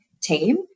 team